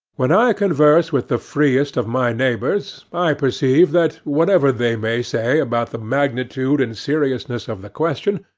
when i converse with the freest of my neighbors, i perceive that, whatever they may say about the magnitude and seriousness of the question,